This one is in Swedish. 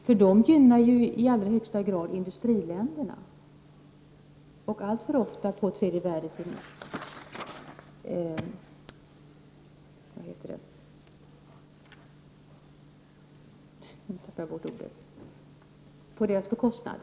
Dessa gynnar ju i allra högsta grad industriländerna, alltför ofta på tredje världens bekostnad.